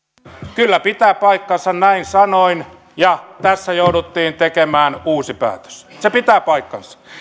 kyllä pitää paikkansa näin sanoin ja tässä jouduttiin tekemään uusi päätös se pitää paikkansa